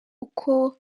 uko